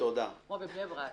כמו בבני ברק.